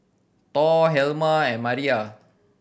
Thor Helma and Maira